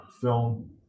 film